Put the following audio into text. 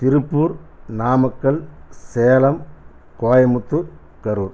Tiruppur Namakkal Salem Coimbatore Karur